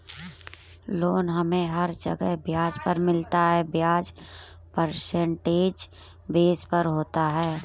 loan हमे हर जगह ब्याज पर मिलता है ब्याज परसेंटेज बेस पर होता है